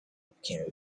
became